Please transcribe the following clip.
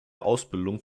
ausbildung